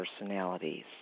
personalities